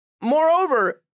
Moreover